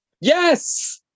Yes